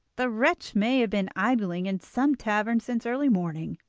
the wretch may have been idling in some tavern since early morning